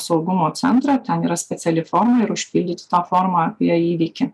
saugumo centrą ten yra speciali forma ir užpildyti tą formą apie įvykį